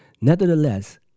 Nevertheless